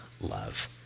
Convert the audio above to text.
love